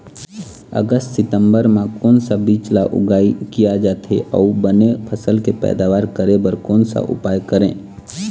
अगस्त सितंबर म कोन सा बीज ला उगाई किया जाथे, अऊ बने फसल के पैदावर करें बर कोन सा उपाय करें?